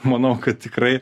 manau kad tikrai